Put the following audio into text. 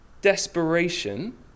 desperation